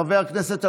חבר הכנסת עבאס,